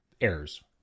errors